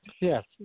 Yes